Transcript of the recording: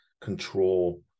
control